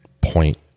point